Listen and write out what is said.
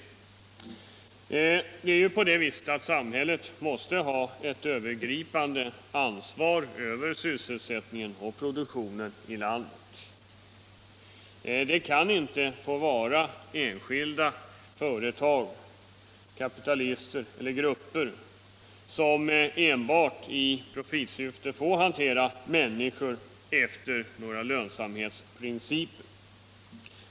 Det är på det viset att samhället måste ha ett övergripande ansvar för sysselsättningen och produktionen i landet. Enskilda företag, kapitalister eller grupper kan inte enbart i profitsyfte få hantera människor efter lönsamhetsprinciper.